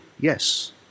yes